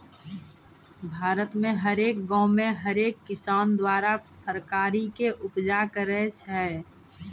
भारत मे हरेक गांवो मे हरेक किसान हरा फरकारी के उपजा करै छै